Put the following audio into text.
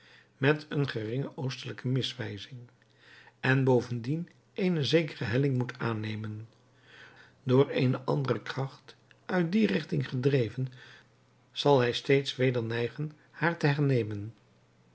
met eene geringe oostelijke miswijzing en bovendien eene zekere helling moet aannemen door eene andere kracht uit die richting gedreven zal hij steeds weder neigen haar te hernemen